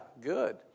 good